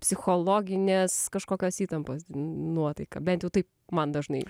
psichologinės kažkokios įtampos nuotaika bent jau taip man dažnai